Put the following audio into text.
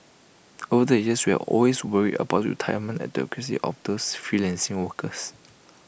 over the years we've always worried about the retirement adequacy of these freelancing workers